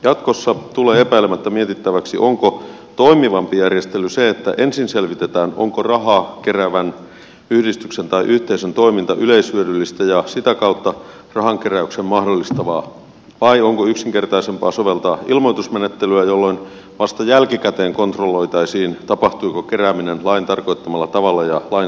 jatkossa tulee epäilemättä mietittäväksi onko toimivampi järjestely se että ensin selvitetään onko rahaa keräävän yhdistyksen tai yhteisön toiminta yleishyödyllistä ja sitä kautta rahankeräyksen mahdollistavaa vai onko yksinkertaisempaa soveltaa ilmoitusmenettelyä jolloin vasta jälkikäteen kontrolloitaisiin tapahtuiko kerääminen lain tarkoittamalla tavalla ja lain sallimaan tarkoitukseen